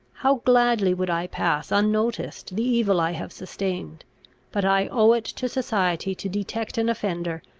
how gladly would i pass unnoticed the evil i have sustained but i owe it to society to detect an offender,